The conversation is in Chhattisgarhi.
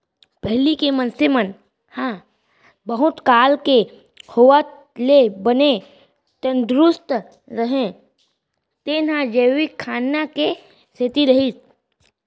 पहिली के मनसे मन ह बुढ़त काल के होवत ले बने तंदरूस्त रहें तेन ह जैविक खाना के सेती रहिस